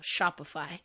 Shopify